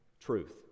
truth